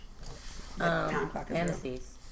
Fantasies